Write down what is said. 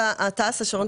"תע"ש השרון",